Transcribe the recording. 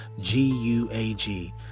g-u-a-g